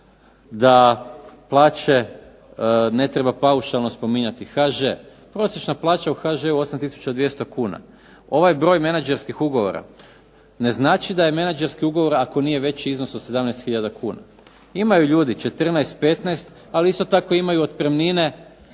da plaće ne treba paušalno spominjati. HŽ – prosječna plaća u HŽ-u je 8200 kn. Ovaj broj menadžerskih ugovora ne znači da je menadžerski ugovor ako nije veći iznos od 17000 kn. Imaju ljudi 14, 15. Ali isto tako imaju otpremnine